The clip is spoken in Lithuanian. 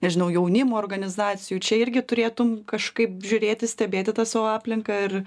nežinau jaunimo organizacijų čia irgi turėtum kažkaip žiūrėti stebėti tą savo aplinką ir